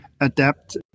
adapt